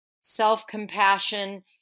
self-compassion